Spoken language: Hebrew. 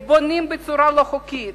בונים בצורה לא חוקית,